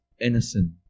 innocent